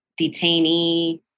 detainee